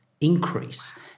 increase